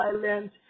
silent